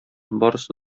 барысы